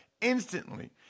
instantly